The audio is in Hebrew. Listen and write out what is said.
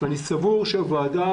אני מבקש שהוועדה